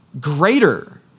greater